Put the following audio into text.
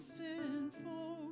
Sinful